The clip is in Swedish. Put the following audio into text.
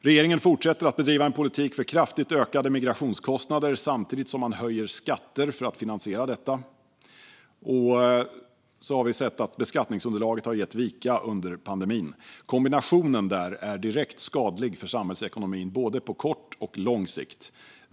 Regeringen fortsätter att bedriva en politik för kraftigt ökade migrationskostnader samtidigt som man höjer skatter för att finansiera detta, och vi har sett att beskattningsunderlaget gett vika under pandemin. Den kombinationen är direkt skadlig för samhällsekonomin på både kort och lång sikt.